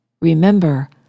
Remember